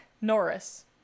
Norris